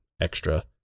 extra